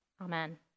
Amen